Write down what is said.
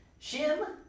Shim